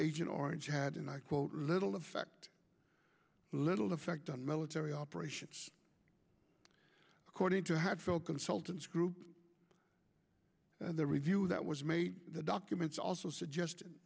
agent orange had and i quote little effect little effect on military operations according to have felt consultants group and the review that was made the documents also suggested